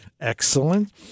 excellent